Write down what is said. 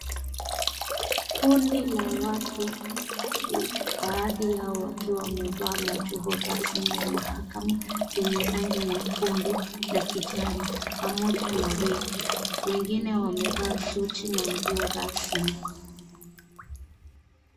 Kundi la watu, baadhi yao wakiwa wamevaa majoho rasmi ya mahakama yenye rangi nyekundu na kijani ,pamoja na wigi wengine wamevaa suti na nguo rasmi .